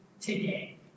today